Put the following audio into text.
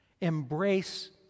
Embrace